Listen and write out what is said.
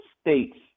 states